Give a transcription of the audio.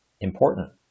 important